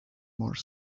more